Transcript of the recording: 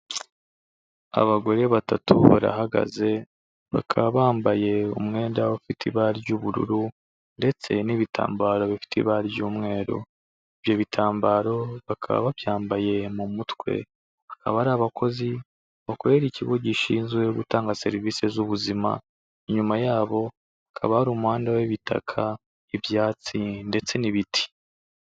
Abagore batatu barahagaze, bakaba bambaye umwenda ufite ibara ry'ubururu ndetse n'ibitambaro bifite ibara ry'umweru, ibyo bitambaro bakaba babyambaye mu mutwe, akaba ari abakozi bakorera ikigo gishinzwe gutanga serivisi z'ubuzima, inyuma yabo hakaba hari umuhanda w'ibitaka, ibyatsi ndetse n'ibiti.